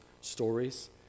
stories